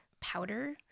powder